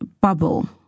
bubble